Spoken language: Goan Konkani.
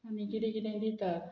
आनी किरें किरें दितात